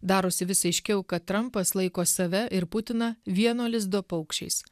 darosi vis aiškiau kad trampas laiko save ir putiną vieno lizdo paukščiais